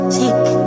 take